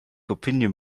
opinion